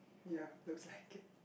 yea exactly